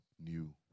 new